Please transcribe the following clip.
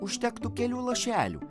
užtektų kelių lašelių